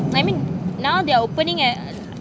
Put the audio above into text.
I mean now they're opening at